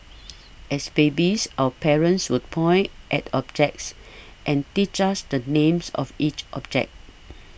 as babies our parents would point at objects and teach us the names of each object